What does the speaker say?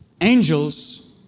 angels